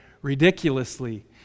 ridiculously